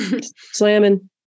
Slamming